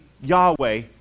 Yahweh